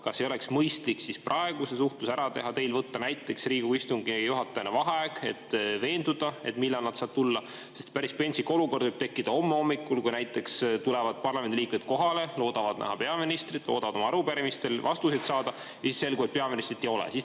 Kas ei oleks mõistlik siis praegu see suhtlus ära teha, teil võtta näiteks Riigikogu istungi juhatajana vaheaeg, et veenduda, millal nad saavad tulla? Sest päris pentsik olukord võib tekkida homme hommikul, kui näiteks tulevad parlamendiliikmed kohale, loodavad näha peaministrit, loodavad oma arupärimistele vastuseid saada ja siis selgub, et peaministrit ei ole.